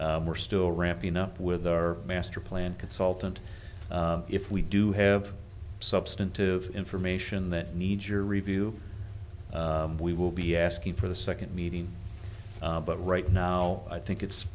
yet we're still ramping up with our master plan consultant if we do have substantive information that needs your review we will be asking for the second meeting but right now i think it's